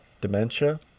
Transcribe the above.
dementia